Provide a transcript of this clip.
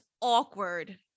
awkward